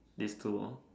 these two